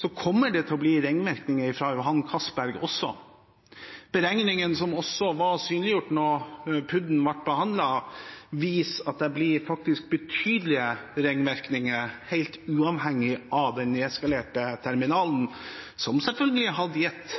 til å bli ringvirkninger også fra Johan Castberg. Beregningene som også var synliggjort da PUD-en ble behandlet, viser at det faktisk blir betydelige ringvirkninger helt uavhengig av den nedskalerte terminalen, som selvfølgelig hadde gitt